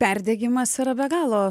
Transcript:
perdegimas yra be galo